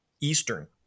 Eastern